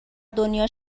دنیا